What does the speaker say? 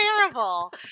terrible